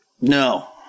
No